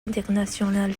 international